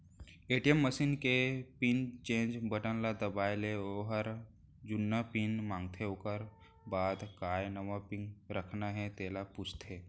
ATM machine के pin change button ल दबाए ले ओहर जुन्ना पिन मांगथे ओकर बाद काय नवा पिन रखना हे तेला पूछथे